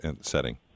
setting